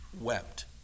wept